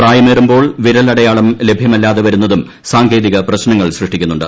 പ്രായിമേറുമ്പോൾ വിരലടയാളം ലഭ്യമല്ലാതെ വരുന്നതും സാങ്കേതിക് പ്രശ്നങ്ങൾ സൃഷ്ടിക്കുന്നുണ്ട്